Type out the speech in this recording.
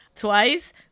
Twice